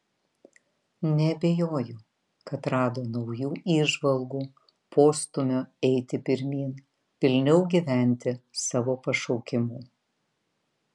neabejoju kad rado naujų įžvalgų postūmio eiti pirmyn pilniau gyventi savo pašaukimu